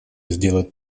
сделать